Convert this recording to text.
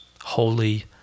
holy